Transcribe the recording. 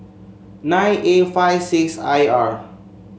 nine A five six I R